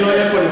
אני לא אהיה פה,